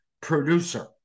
producer